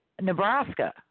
Nebraska